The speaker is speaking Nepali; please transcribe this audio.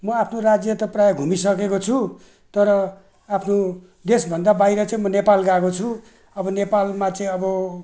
म आफ्नो राज्य त प्रायः घुमिसकेको छु तर आफ्नो देशभन्दा बाहिर चाहिँ म नेपाल गएको छु अब नेपालमा चाहिँ अब